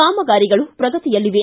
ಕಾಮಗಾರಿಗಳು ಪ್ರಗತಿಯಲ್ಲಿವೆ